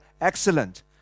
excellent